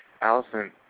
Allison